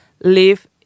live